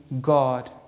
God